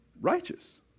righteous